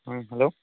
ହଁ ହ୍ୟାଲୋ